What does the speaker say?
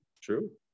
true